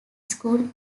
school